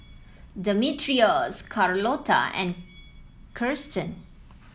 Demetrios Carlota and Kirsten